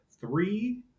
three